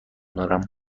دارم